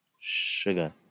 Sugar